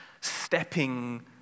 stepping